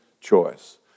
choice